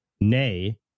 Nay